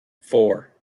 four